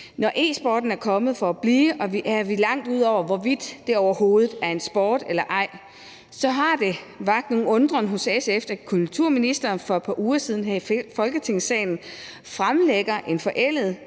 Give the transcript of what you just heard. Når e-sporten er kommet for at blive, er vi langt ude over at spørge, hvorvidt det overhovedet er en sport eller ej. Så det har vakt noget undren hos SF, at kulturministeren for et par uger siden her i Folketingssalen fremlagde en forældet